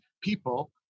people